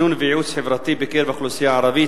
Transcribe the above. תכנון וייעוץ חברתי בקרב האוכלוסייה הערבית,